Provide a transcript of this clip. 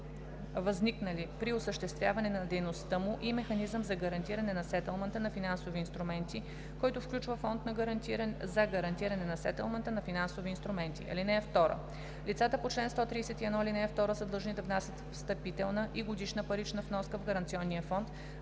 възникнали при осъществяване на дейността му, и механизъм за гарантиране на сетълмента на финансови инструменти, който включва фонд за гарантиране на сетълмента на финансови инструменти. (2) Лицата по чл. 131, ал. 2 са длъжни да внасят встъпителна и годишна парична вноска в гаранционния фонд